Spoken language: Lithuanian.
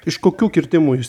iš kokių kirtimų jūs